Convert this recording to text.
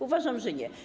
Uważam, że nie.